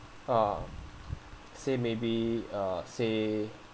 uh say maybe uh say